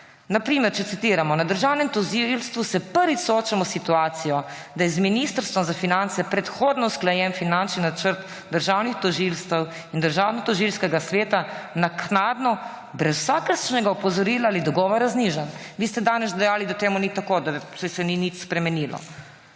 Na primer, če citiramo: »Na državnem tožilstvu se prvič soočamo s situacijo, da je z Ministrstvom za finance predhodno usklajen finančni načrt državnih tožilstev in Državnotožilskega sveta naknadno brez vsakršnega opozorila ali dogovora znižan.« Vi ste danes dejali, da to ni tako, saj se ni nič spremenilo.